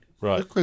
Right